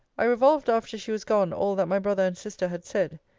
i revolved after she was gone all that my brother and sister had said.